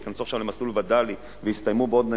וייכנסו עכשיו למסלול וד"לי ויסתיימו בעוד,